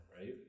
right